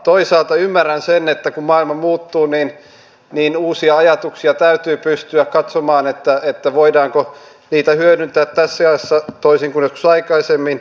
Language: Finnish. toisaalta ymmärrän sen että kun maailma muuttuu niin uusia ajatuksia täytyy pystyä katsomaan voidaanko niitä hyödyntää tässä ajassa toisin kuin joskus aikaisemmin